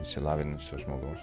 išsilavinusio žmogaus